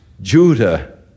Judah